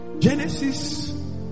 genesis